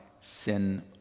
sin